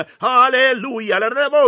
Hallelujah